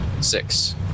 Six